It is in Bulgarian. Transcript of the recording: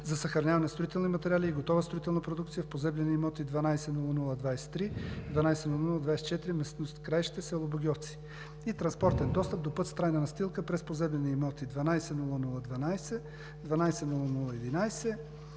за съхраняване на строителни материали и готова строителна продукция в поземлени имоти: № 120023, № 120024 – местност Краище, село Богьовци, и транспортен достъп до път с трайна настилка през поземлени имоти: № 120012, № 120011